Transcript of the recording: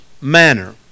manner